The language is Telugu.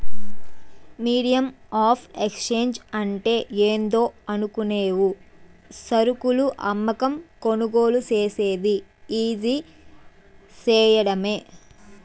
మీడియం ఆఫ్ ఎక్స్చేంజ్ అంటే ఏందో అనుకునేవు సరుకులు అమ్మకం, కొనుగోలు సేసేది ఈజీ సేయడమే